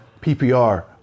PPR